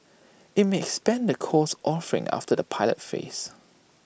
IT may expand the course offerings after the pilot phase